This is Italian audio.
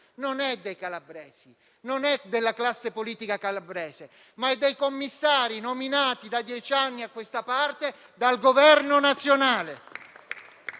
non è dei calabresi, né della classe politica calabrese, ma dei commissari nominati da dieci anni a questa parte dal Governo nazionale